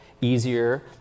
easier